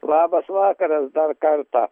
labas vakaras dar kartą